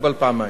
מוגבל פעמיים.